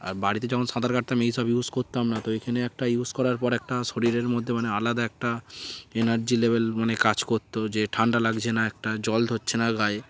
আর বাড়িতে যখন সাঁতার কাটতাম এই সব ইউজ করতাম না তো এইখানে একটা ইউজ করার পর একটা শরীরের মধ্যে মানে আলাদা একটা এনার্জি লেভেল মানে কাজ করত যে ঠান্ডা লাগছে না একটা জল ধরছে না গায়ে